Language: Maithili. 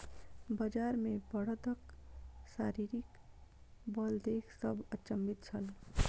बजार मे बड़दक शारीरिक बल देख सभ अचंभित छल